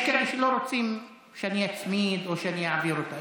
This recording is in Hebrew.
יש כאלה שלא רוצים שאני אצמיד או שאני אעביר אותה.